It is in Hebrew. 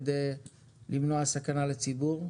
כדי למנוע סכנה לציבור,